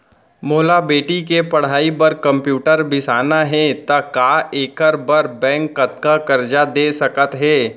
मोला बेटी के पढ़ई बार कम्प्यूटर बिसाना हे त का एखर बर बैंक कतका करजा दे सकत हे?